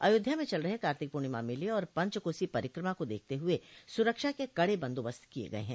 अयोध्या में चल रहे कार्तिक पूर्णिमा मेले और पंच कोसी परिक्रमा को देखते हुए सुरक्षा के कड़े बंदोबस्त किये गये हैं